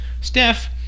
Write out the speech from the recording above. Steph